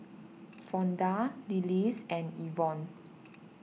Fonda Lillis and Evonne